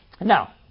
Now